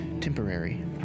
temporary